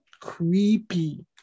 creepy